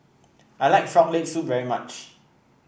I like Frog Leg Soup very much